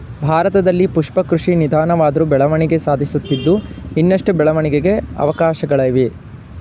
ಭಾರತದಲ್ಲಿ ಪುಷ್ಪ ಕೃಷಿ ನಿಧಾನವಾದ್ರು ಬೆಳವಣಿಗೆ ಸಾಧಿಸುತ್ತಿದ್ದು ಇನ್ನಷ್ಟು ಬೆಳವಣಿಗೆಗೆ ಅವಕಾಶ್ಗಳಿವೆ